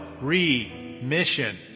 re-mission